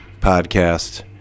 podcast